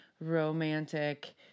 romantic